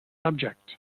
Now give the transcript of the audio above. subject